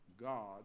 God